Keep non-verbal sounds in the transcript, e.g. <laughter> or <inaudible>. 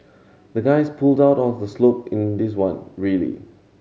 the guys pulled out all the <unintelligible> in this one really